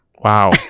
Wow